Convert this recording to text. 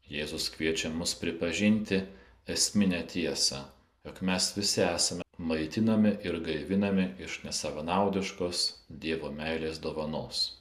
jėzus kviečia mus pripažinti esminę tiesą jog mes visi esame maitinami ir gaivinami iš nesavanaudiškos dievo meilės dovanos